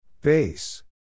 Base